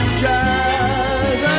jazz